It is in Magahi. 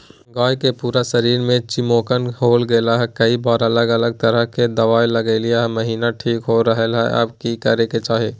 गाय के पूरा शरीर में चिमोकन हो गेलै है, कई बार अलग अलग तरह के दवा ल्गैलिए है महिना ठीक हो रहले है, अब की करे के चाही?